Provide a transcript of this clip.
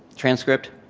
transcript,